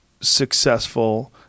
successful